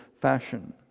fashion